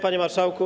Panie Marszałku!